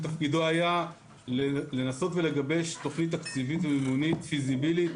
שתפקידו היה לנסות ולגבש תכנית תקציבית וממונית פיזיבילית